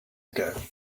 ago